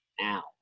Now